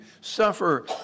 suffer